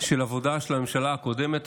של עבודה של הממשלה הקודמת.